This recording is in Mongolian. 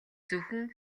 зөвхөн